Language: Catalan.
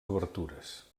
obertures